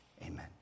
Amen